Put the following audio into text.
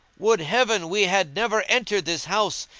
would heaven we had never entered this house,